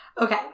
Okay